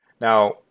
Now